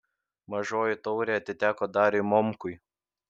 mažoji taurė atiteko dariui momkui